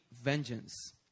vengeance